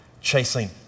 chasing